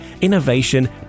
innovation